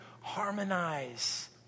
harmonize